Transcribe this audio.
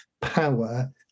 power